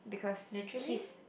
literally